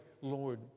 Lord